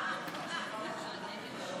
(הרחבת זכויות הסטודנט),